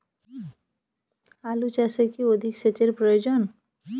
আলু চাষে কি অধিক সেচের প্রয়োজন?